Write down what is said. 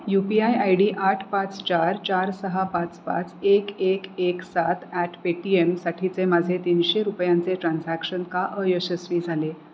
you P I I D आठ पाच चार चार सहा पाच पाच एक एक एक सात ॲट पेटीएमसाठीचे माझे तीनशे रुपयांचे ट्रान्झॅक्शन का अयशस्वी झाले